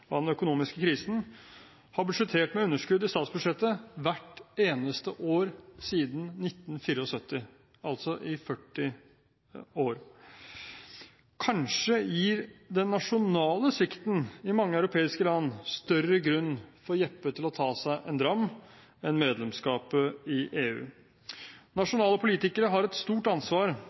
den økonomiske krisen, har budsjettert med underskudd i statsbudsjettet hvert eneste år siden 1974 – altså i 40 år. Kanskje gir den nasjonale svikten i mange europeiske land større grunn for Jeppe til å ta seg en dram, enn hva medlemskapet i EU gjør. Nasjonale politikere har et stort ansvar